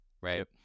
right